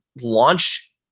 launch